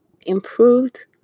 improved